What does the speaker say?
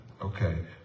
Okay